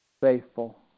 faithful